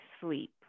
sleep